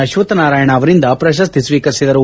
ಅಶ್ವತ್ವನಾರಾಯಣ ಅವರಿಂದ ಪ್ರಶಸ್ತಿ ಸ್ವೀಕರಿಸಿದರು